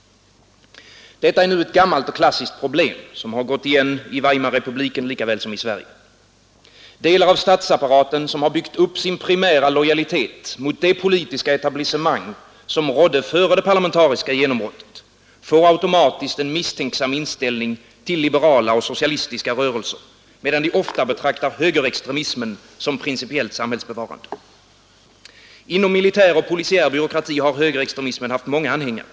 Detta är ett gammalt klassiskt problem som har gått igen i Weimarrepubliken lika väl som i Sverige. Delar av statsapparaten, vilka byggt upp sin primära lojalitet mot det politiska etablissemang som rådde före det parlamentariska genombrottet, får automatiskt en misstänksam inställning till liberala och socialistiska rörelser medan de ofta betraktar högerextremismen som principiellt samhällsbevarande. Inom militär och polisiär byråkrati har högerextremismen haft många anhängare.